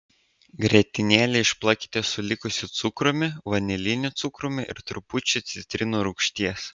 grietinėlę išplakite su likusiu cukrumi vaniliniu cukrumi ir trupučiu citrinų rūgšties